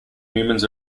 humans